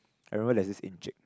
I remember there's this encik